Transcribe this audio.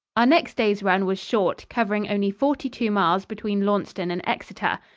our next day's run was short, covering only forty-two miles between launceston and exeter.